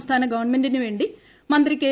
സംസ്ഥാന ഗവൺമെന്റിനുവേണ്ടി മന്ത്രി കെ